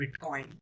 bitcoin